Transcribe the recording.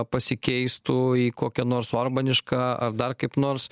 pasikeistų į kokią nors orbanišką ar dar kaip nors